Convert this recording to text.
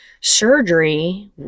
surgery